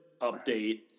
update